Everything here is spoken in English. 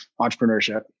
entrepreneurship